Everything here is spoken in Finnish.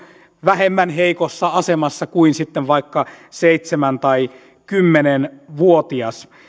vähemmän heikossa asemassa kuin sitten vaikka seitsemän tai kymmenen vuotias